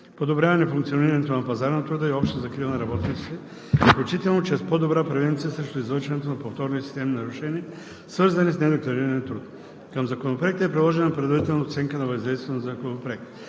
подобряване функционирането на пазара на труда и общата закрила на работниците, включително чрез по-добра превенция срещу извършването на повторни и системни нарушения, свързани с недекларирания труд. Към Законопроекта е приложена предварителна оценка на въздействието на Законопроекта.